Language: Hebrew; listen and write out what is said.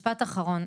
משפט אחרון,